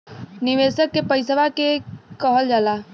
निवेशक के पइसवा के कहल जाला